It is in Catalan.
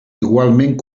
igualment